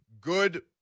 good